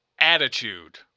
attitude